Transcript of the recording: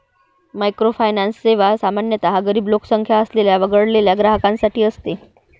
microfinance सेवा सामान्यतः गरीब लोकसंख्या असलेल्या वगळलेल्या ग्राहकांसाठी असते